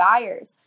buyers